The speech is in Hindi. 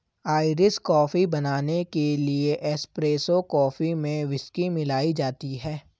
आइरिश कॉफी बनाने के लिए एस्प्रेसो कॉफी में व्हिस्की मिलाई जाती है